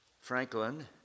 Franklin